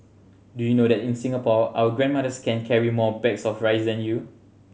do you know that in Singapore our grandmothers can carry more bags of rice than you